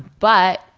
but,